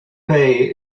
bay